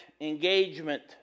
engagement